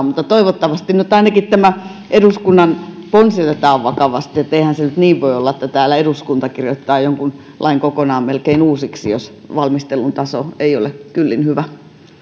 mutta toivottavasti nyt ainakin tämä eduskunnan ponsi otetaan vakavasti eihän se nyt niin voi olla että täällä eduskunta kirjoittaa jonkun lain melkein kokonaan uusiksi jos valmistelun taso ei ole kyllin hyvä